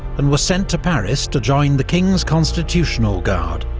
and was sent to paris to join the king's constitutional guard,